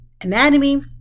anatomy